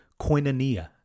koinonia